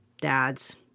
dad's